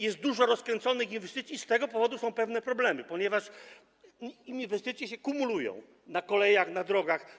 Jest dużo rozkręconych inwestycji i z tego powodu są pewne problemy, ponieważ inwestycje się kumulują na kolejach, na drogach.